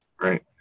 Right